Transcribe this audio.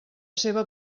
seva